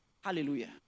Hallelujah